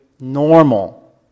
normal